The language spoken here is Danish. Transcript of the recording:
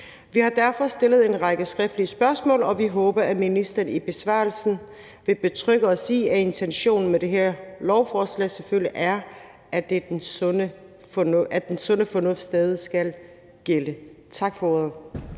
Vi har derfor stillet en række skriftlige spørgsmål, og vi håber, at ministeren i besvarelsen af dem vil betrygge os i, at intentionen med det her lovforslag selvfølgelig er, at den sunde fornuft stadig væk skal gælde. Tak for ordet.